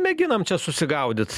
mėginam čia susigaudyt